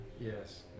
Yes